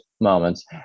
moments